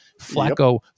Flacco